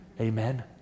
Amen